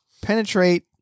Penetrate